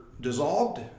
dissolved